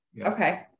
Okay